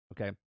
Okay